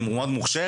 היא מאוד מוכשרת,